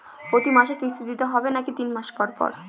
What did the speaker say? প্রতিমাসে কিস্তি দিতে হবে নাকি তিন মাস পর পর?